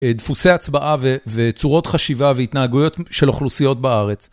דפוסי הצבעה וצורות חשיבה והתנהגויות של אוכלוסיות בארץ.